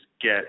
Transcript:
get